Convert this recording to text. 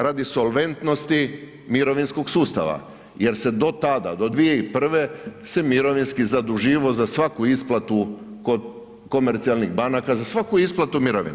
Radi solventnosti mirovinskog sustava jer se do tada, do 2001. se mirovinski zaduživao za svaku isplatu kod komercijalnih banaka za svaku isplatu mirovina.